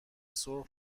سرخ